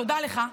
תודה לך.